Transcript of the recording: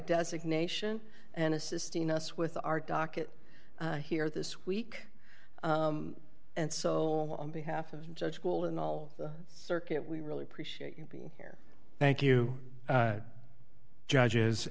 designation and assisting us with our docket here this week and so on behalf of judge cool and all the circuit we really appreciate you being here thank you judges